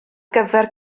gyfer